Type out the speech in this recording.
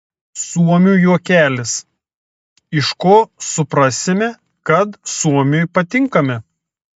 suomių juokelis iš ko suprasime kad suomiui patinkame